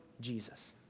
Jesus